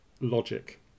logic